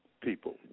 people